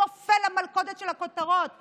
נופל למלכודת של הכותרות ואומר: